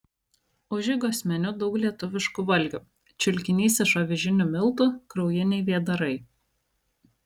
užeigos meniu daug lietuviškų valgių čiulkinys iš avižinių miltų kraujiniai vėdarai